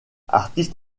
artiste